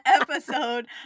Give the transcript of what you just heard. episode